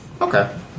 Okay